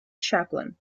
chaplain